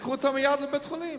לקחו אותם מייד לבית-חולים,